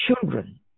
children